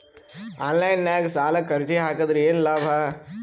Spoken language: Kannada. ಆನ್ಲೈನ್ ನಾಗ್ ಸಾಲಕ್ ಅರ್ಜಿ ಹಾಕದ್ರ ಏನು ಲಾಭ?